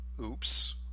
Oops